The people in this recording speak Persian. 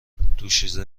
دوشیزه